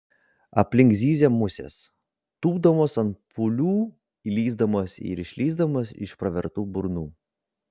aplink zyzė musės tūpdamos ant pūlių įlįsdamos ir išlįsdamos iš pravertų burnų